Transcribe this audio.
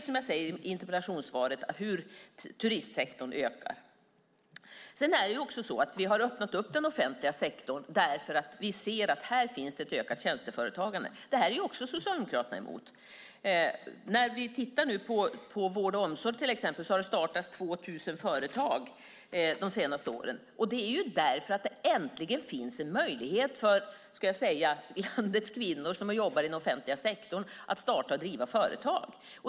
Som jag sade i interpellationssvaret kan vi också se hur turistsektorn ökar. Vi har också öppnat upp den offentliga sektorn för att vi ser att det finns ett ökat tjänsteföretagande. Detta är Socialdemokraterna också emot. Inom vård och omsorg har det till exempel startats 2 000 företag de senaste åren. Det är för att det äntligen finns en möjlighet för landets kvinnor som har jobbat i den offentliga sektorn att starta och driva företag.